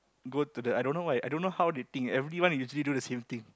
go to the I don't know why I don't know how they think everyone usually do the same thing